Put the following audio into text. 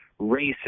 racist